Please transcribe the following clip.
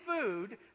food